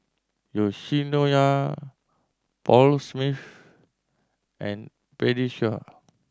Yoshinoya Paul Smith and Pediasure